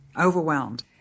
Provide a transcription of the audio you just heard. overwhelmed